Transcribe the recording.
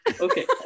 okay